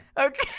Okay